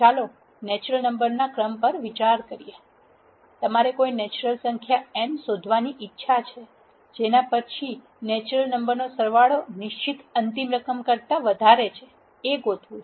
ચાલો નેચરલ નંબરોના ક્રમ પર વિચાર કરીએ તમારે કોઈ નેચરલ સંખ્યા n શોધવાની ઇચ્છા છે જેના પછી નેચરલ નંબરોનો સરવાળો નિશ્ચિત અંતિમ રકમ કરતા વધારે છે એ ગોતવું છે